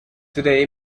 today